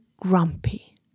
grumpy